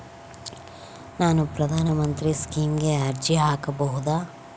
ನಾನು ಪ್ರಧಾನ ಮಂತ್ರಿ ಸ್ಕೇಮಿಗೆ ಅರ್ಜಿ ಹಾಕಬಹುದಾ?